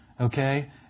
okay